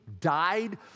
died